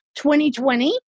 2020